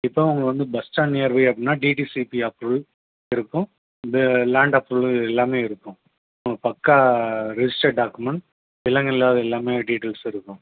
இப்போ உங்களுக்கு வந்து பஸ் ஸ்டாண்ட் நியர்பை அப்படின்னா டிடிசிபி ஆப்ரூவ்ல் இருக்கும் இந்த லேண்ட் அப்ரூவலு எல்லாமே இருக்கும் ம் பக்கா ரிஜிஸ்டர் டாக்குமெண்ட் எல்லாமே டீட்டெயில்ஸும் இருக்கும்